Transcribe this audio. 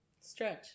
stretch